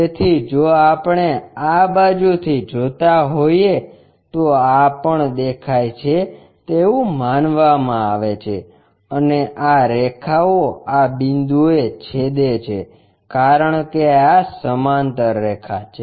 તેથી જો આપણે આ બાજુ થી જોતા હોઈએ તો આ પણ દેખાય છે તેવું માનવામાં આવે છે અને આ રેખાઓ આ બિંદુએ છેદે છે કારણ કે આ સમાંતર રેખા છે